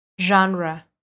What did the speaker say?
genre